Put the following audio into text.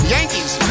Yankees